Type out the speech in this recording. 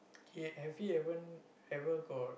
k have he even ever got